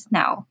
now